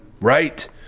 right